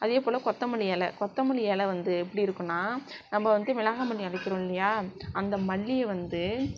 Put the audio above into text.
அதேபோல் கொத்தமல்லி இல கொத்தமல்லி இல வந்து எப்படி இருக்கும்னா நம்ம வந்து மிளகாய் மல்லி அரைக்கிறோம் இல்லையா அந்த மல்லியை வந்து